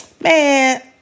man